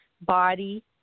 body